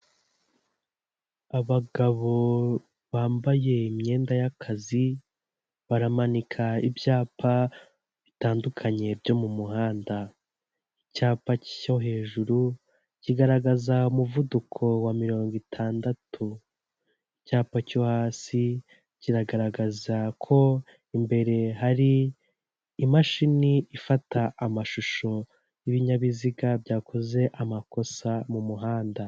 Abagabo bambaye imyenda y'akazi baramanika ibyapa bitandukanye byo mu muhanda icyapa cyo hejuru kigaragaza umuvuduko wa mirongo itandatu, icyapa cyo hasi kiragaragaza ko imbere hari imashini ifata amashusho y'ibinyabiziga byakoze amakosa mu muhanda.